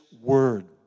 word